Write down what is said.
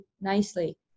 nicely